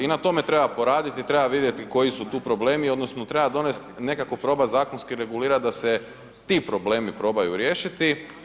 I na tome treba poraditi i treba vidjeti koji su tu problemi odnosno treba donest i nekako probati zakonski regulirati da se ti problemi probaju riješiti.